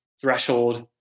threshold